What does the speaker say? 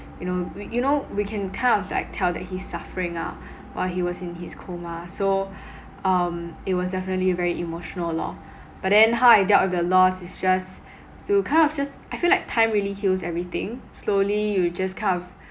you know we you know we can kind of like tell that he's suffering ah while he was in his coma so um it was definitely very emotional lor but then how I dealt with the loss is just to kind of just I feel like time really heals everything slowly you just kind of